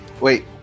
Wait